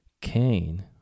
Cain